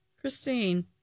Christine